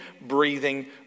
breathing